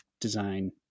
design